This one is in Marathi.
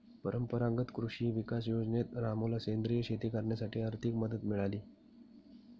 परंपरागत कृषी विकास योजनेत रामूला सेंद्रिय शेती करण्यासाठी आर्थिक मदत मिळाली